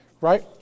Right